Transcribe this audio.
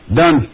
done